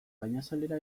gainazalera